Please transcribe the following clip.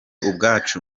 ubwacu